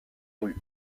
rues